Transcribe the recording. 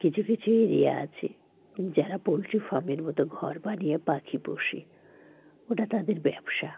কিছু কিছু এরিয়া আছে যারা পোলট্রি ফার্মের মতো ঘর বানিয়ে পাখি পোষে ওটা তাদের ব্যবসা